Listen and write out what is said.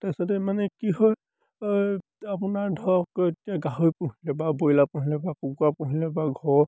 তাৰপিছতে মানে কি হয় আপোনাৰ ধৰক এতিয়া গাহৰি পুহিলে বা ব্ৰইলাৰ পুহিলে বা কুকুৰা পুহিলে বা ঘৰ